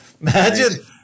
imagine